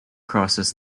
crosses